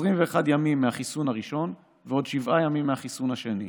21 ימים מהחיסון הראשון ועוד שבעה ימים מהחיסון השני.